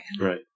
Right